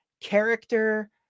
character